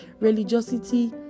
religiosity